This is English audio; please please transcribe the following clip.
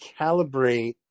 calibrate